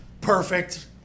perfect